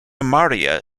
maria